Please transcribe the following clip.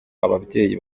ababyeyi